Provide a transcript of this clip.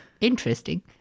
interesting